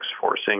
forcing